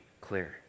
clear